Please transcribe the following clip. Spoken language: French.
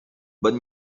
bonne